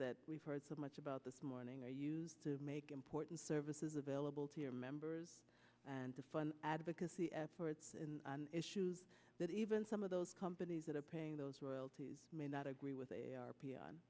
that we've heard so much about this morning are used to make important services available to your members and to fund advocacy efforts and issues that even some of those companies that are paying those royalties may not agree with a